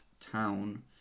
town